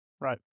Right